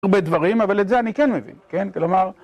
הרבה דברים אבל את זה אני כן מבין, כן? כלומר